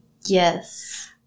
Yes